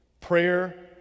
prayer